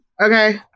okay